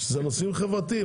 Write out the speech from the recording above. כשזה נושאים חברתיים.